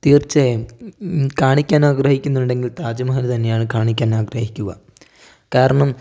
തീർച്ചയായും കാണിക്കാൻ ആഗ്രഹിക്കുന്നുണ്ടെങ്കിൽ താജ്മഹല് തന്നെയാണ് കാണിക്കാൻ ആഗ്രഹിക്കുക കാരണം